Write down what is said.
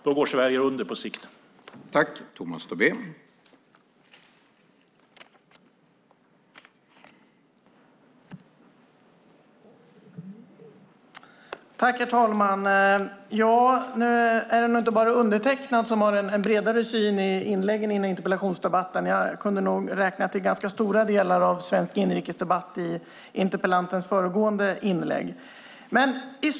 Då går Sverige på sikt under.